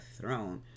throne